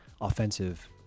offensive